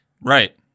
Right